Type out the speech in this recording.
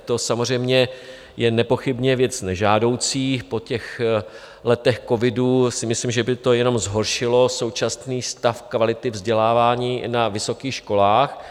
To samozřejmě je nepochybně věc nežádoucí, po letech covidu si myslím, že by to jenom zhoršilo současný stav kvality vzdělávání i na vysokých školách.